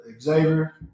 Xavier